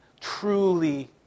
truly